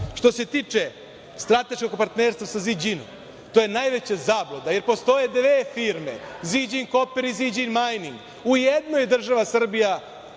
što se tiče strateškog partnerstva sa Ziđinom, to je najveća zabluda, jer postoje dve firme Ziđing Koper i Ziđing Majning, u jednoj je država Srbija